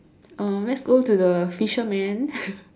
um let's go to the fisherman